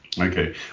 Okay